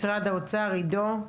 משרד האוצר, עידו.